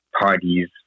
parties